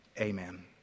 Amen